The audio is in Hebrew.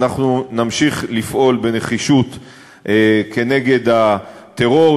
אנחנו נמשיך לפעול בנחישות כנגד הטרור,